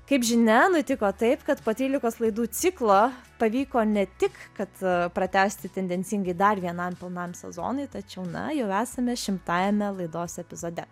kaip žinia nutiko taip kad po trylikos laidų ciklo pavyko ne tik kad pratęsti tendencingai dar vienam pilnam sezonui tačiau na jau esame šimtajame laidos epizode